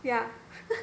yeah